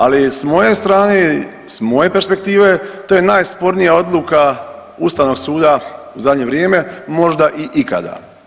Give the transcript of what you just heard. Ali s moje strane, s moje perspektive to je najspornija odluka Ustavnog suda u zadnje vrijeme možda i ikada.